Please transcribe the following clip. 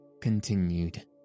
continued